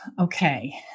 Okay